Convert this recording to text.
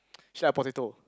she like potato